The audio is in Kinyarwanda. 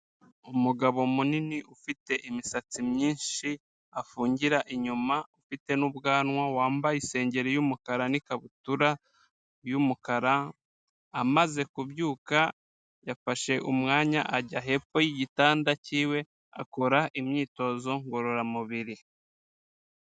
Umugabo munini ufite imisatsi myinshi afungira inyuma ufite n'ubwanwa, wambaye isengeri y'umukara ni ikabutura y'umukara, amaze kubyuka yafashe umwanya ajya hepfo y'igitanda cyiwe akora imyitozo ngororamubiri.